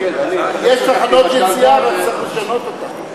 יש תחנות יציאה, אבל צריך לשנות אותן.